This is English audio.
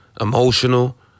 Emotional